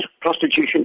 prostitution